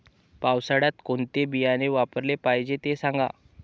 पावसाळ्यात कोणते बियाणे वापरले पाहिजे ते सांगा